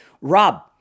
Rob